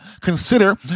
consider